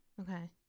Okay